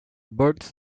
birds